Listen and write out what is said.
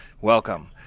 Welcome